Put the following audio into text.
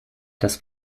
das